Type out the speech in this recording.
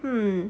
hmm